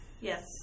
Yes